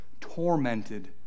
tormented